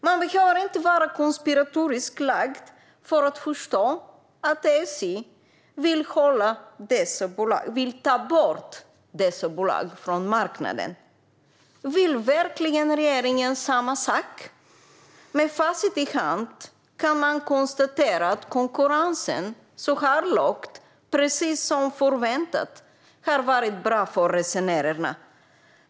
Man behöver inte vara konspiratoriskt lagd för att förstå att SJ vill ta bort dessa bolag från marknaden. Vill verkligen regeringen samma sak? Med facit i hand kan man konstatera att konkurrensen så här långt, precis som förväntat, har varit bra för resenärerna.